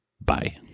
Bye